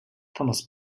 thomas